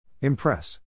Impress